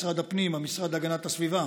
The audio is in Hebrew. משרד הפנים המשרד להגנת הסביבה,